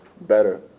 better